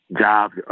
jobs